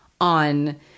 on